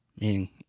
Meaning